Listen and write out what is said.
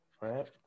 right